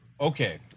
Okay